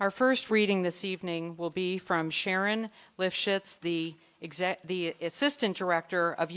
our first reading this evening will be from sharon lifshitz the exam assistant director of